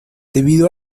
debido